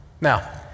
Now